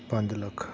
ਪੰਜ ਲੱਖ